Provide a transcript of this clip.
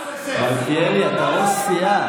מלכיאלי, אתה ראש סיעה.